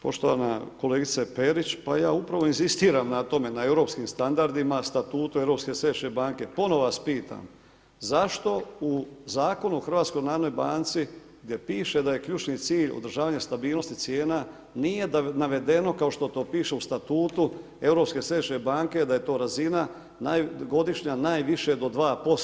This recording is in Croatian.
Poštovana kolegice Perić, pa ja upravo inzistiram na tome, na europskim standardima, statutu Europske središnje banke, ponovno vas pitam zašto u Zakonu o HNB gdje piše da je ključni cilj održavanje stabilnost i cijena, nije navedeno, kao što to piše u statutu Europske središnje banke, da je to razina, godišnja najviša do 2%